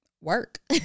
Work